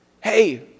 hey